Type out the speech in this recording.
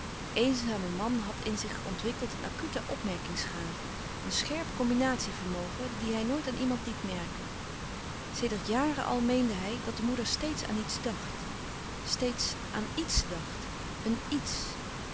de eenzame man had in zich ontwikkeld een acute opmerkingsgave een scherp combinatie vermogen die hij nooit aan iemand liet merken sedert jaren al meende hij dat de moeder steeds aan iets dacht steeds aan iets dacht éen